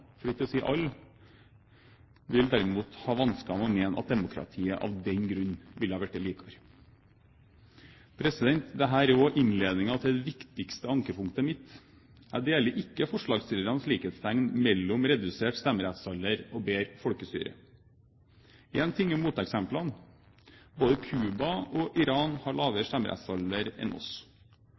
vil ha vansker med å mene at demokratiet av den grunn ville ha blitt bedre. Dette er også innledningen til det viktigste ankepunktet mitt. Jeg deler ikke forslagsstillernes likhetstegn mellom redusert stemmerettsalder og bedre folkestyre. Én ting er moteksemplene – både Cuba og Iran har lavere stemmerettsalder enn oss.